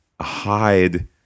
hide